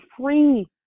free